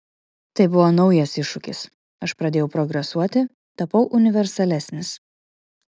tai buvo naujas iššūkis aš pradėjau progresuoti tapau universalesnis